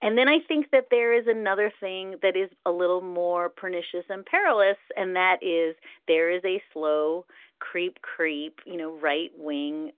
and then i think that there is another thing that is a little more pernicious and perilous, and that is there is a slow creep, creep, you know, right wing